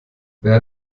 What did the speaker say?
wer